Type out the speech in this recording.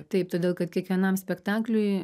taip todėl kad kiekvienam spektakliui